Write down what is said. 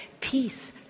peace